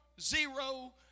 zero